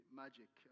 magic